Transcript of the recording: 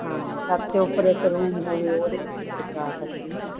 ਹਾਂ ਛੱਤ ਉੱਪਰ ਇੱਕ ਰੂਮ ਹੋਵੇ ਉਹਦੇ ਵਿੱਚ ਕਰਾ ਸਕਦੀ ਹੈ